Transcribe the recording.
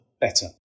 better